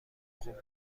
خوبه